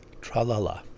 Tra-la-la